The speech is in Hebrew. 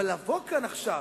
אבל לבוא לכאן עכשיו?